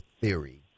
theory